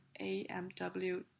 AMW